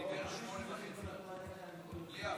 הוא דיבר שמונה וחצי דקות בלי הפרעות.